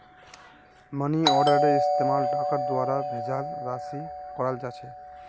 money आर्डरेर इस्तमाल डाकर द्वारा भेजाल राशिर कराल जा छेक